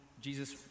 Jesus